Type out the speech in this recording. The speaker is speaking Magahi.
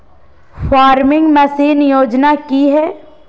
फार्मिंग मसीन योजना कि हैय?